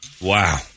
Wow